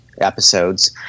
episodes